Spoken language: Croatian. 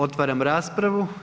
Otvaram raspravu.